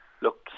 look